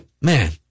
man